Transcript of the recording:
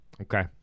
okay